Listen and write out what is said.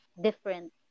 different